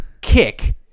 kick